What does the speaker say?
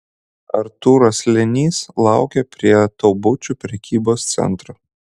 artūras slėnys laukė prie taubučių prekybos centro